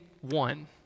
one